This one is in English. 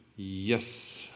Yes